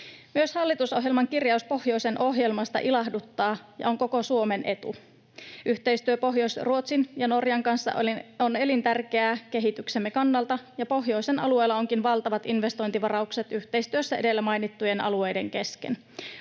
Myös hallitusohjelman kirjaus pohjoisen ohjelmasta ilahduttaa ja on koko Suomen etu. Yhteistyö Pohjois-Ruotsin ja ‑Norjan kanssa on elintärkeää kehityksemme kannalta, ja pohjoisen alueella onkin valtavat investointivaraukset yhteistyössä edellä mainittujen alueiden kesken.